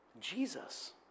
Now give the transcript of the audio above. Jesus